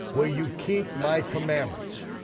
will you keep my commandments?